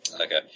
Okay